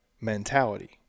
mentality